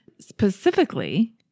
Specifically